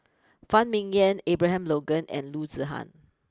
Phan Ming Yen Abraham Logan and Loo Zihan